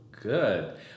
Good